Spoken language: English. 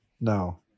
No